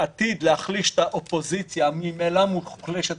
עתיד להחליש את האופוזיציה בכנסת, שממילא מוחלשת,